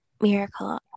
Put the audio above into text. miracle